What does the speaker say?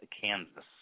Kansas